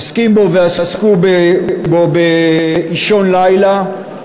עוסקים בו ועסקו בו באישון לילה.